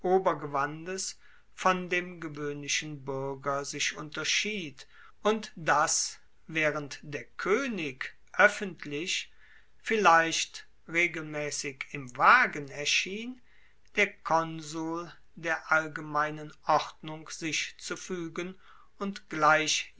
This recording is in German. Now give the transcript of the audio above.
obergewandes von dem gewoehnlichen buerger sich unterschied und dass waehrend der koenig oeffentlich vielleicht regelmaessig im wagen erschien der konsul der allgemeinen ordnung sich zu fuegen und gleich